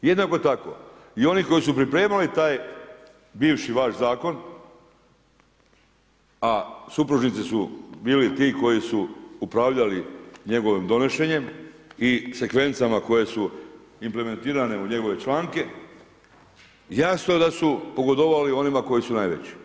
Jednako tako i oni koji su pripremali taj bivši vaš zakon, a supružnici su bili ti koji su upravljali njegovim donošenjem i sekvencama koje su implementirane u njegove članke, jasno da su pogodovali onima koji su najveći.